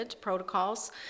protocols